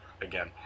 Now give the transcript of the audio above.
again